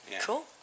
Cool